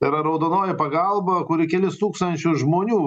yra raudonoji pagalba kuri kelis tūkstančius žmonių